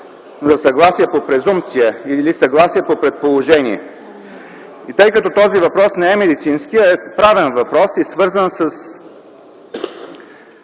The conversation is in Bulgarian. за съгласие по презумпция или съгласие по предположение. Тъй като този въпрос не е медицински, а е правен въпрос и е свързан с